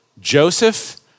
Joseph